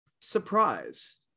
surprise